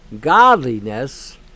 godliness